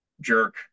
jerk